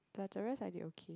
but the rest I did okay